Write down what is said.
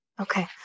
Okay